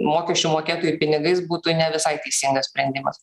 mokesčių mokėtojų pinigais būtų ne visai teisingas sprendimas